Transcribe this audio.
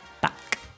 back